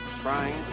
trying